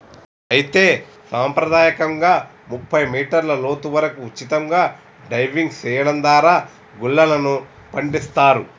అయితే సంప్రదాయకంగా ముప్పై మీటర్ల లోతు వరకు ఉచితంగా డైవింగ్ సెయడం దారా గుల్లలను పండిస్తారు